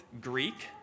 Greek